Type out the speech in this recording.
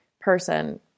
person